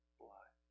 blood